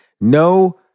No